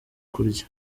kurya